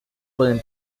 pueden